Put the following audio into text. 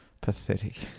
Pathetic